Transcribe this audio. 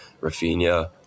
Rafinha